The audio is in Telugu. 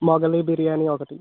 మొగలయి బిర్యానీ ఒకటి